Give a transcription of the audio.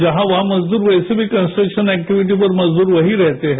जहां वहां मजदूर वैसे भी कन्सट्रक्शन एक्टिविटीज पर मजदूर वहीं रहते हैं